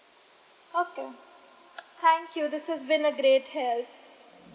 okay thank you this has been a great help